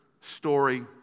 story